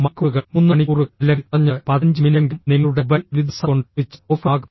മണിക്കൂറുകൾ 3 മണിക്കൂറുകൾ അല്ലെങ്കിൽ കുറഞ്ഞത് 15 മിനിറ്റെങ്കിലും നിങ്ങളുടെ മൊബൈൽ ഒരു ദിവസം കൊണ്ട് സ്വിച്ച് ഓഫ് ആകും